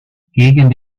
gegen